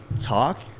talk